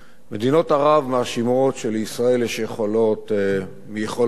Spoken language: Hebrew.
מדינות ערב מאשימות שלישראל יש יכולות מיכולות שונות,